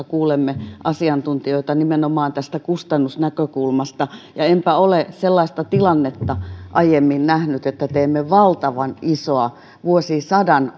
kuulemme asiantuntijoita nimenomaan tästä kustannusnäkökulmasta enpä ole sellaista tilannetta aiemmin nähnyt että teemme valtavan isoa vuosisadan